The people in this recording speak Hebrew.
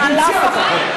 הוא מציע החוק.